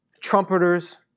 trumpeters